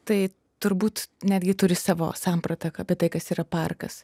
tai turbūt netgi turi savo sampratą apie tai kas yra parkas